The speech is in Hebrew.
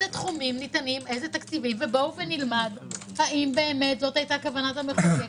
תחומים ניתנים אילו תקציבים ונלמד האם זו היתה כוונת המחוקק,